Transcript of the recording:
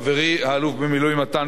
האלוף במילואים מתן וילנאי,